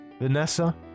Vanessa